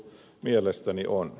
mielestäni on